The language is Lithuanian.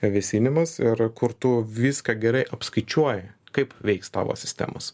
vėsinimas ir kur tu viską gerai apskaičiuoji kaip veiks tavo sistemos